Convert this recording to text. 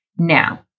Now